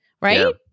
right